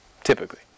Typically